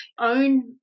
own